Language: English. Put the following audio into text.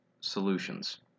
solutions